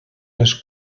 les